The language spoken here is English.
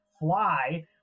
fly